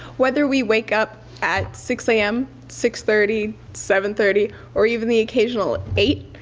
whether we wake up at six am, six thirty, seven thirty or even the occasional eight,